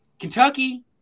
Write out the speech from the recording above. Kentucky